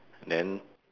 and then